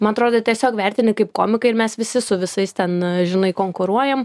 man atrodo tiesiog vertini kaip komikai ir mes visi su visais ten žinai konkuruojam